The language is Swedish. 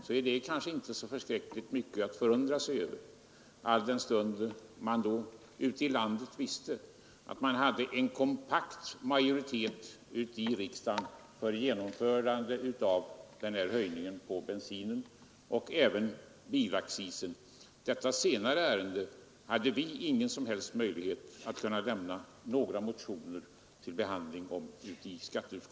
Det är kanske inte så förskräckligt mycket att förundra sig över, eftersom man då ute i landet visste att det finns en kompakt majoritet i riksdagen för genomförande av den föreslagna höjningen av skatten på bensin och även av bilaccisen, Beträffande detta senare ärende hade vi ingen som helst möjlighet att avlämna några motioner för behandling i skatteutskottet.